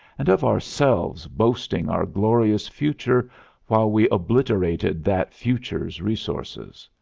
and of ourselves boasting our glorious future while we obliterated that future's resources.